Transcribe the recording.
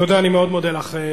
תודה, אני מאוד מודה לך.